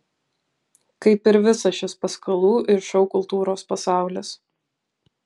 kaip ir visas šis paskalų ir šou kultūros pasaulis